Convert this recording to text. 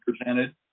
presented